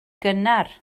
gynnar